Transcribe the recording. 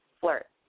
flirt